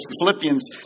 Philippians